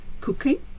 Cooking